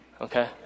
okay